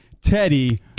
Teddy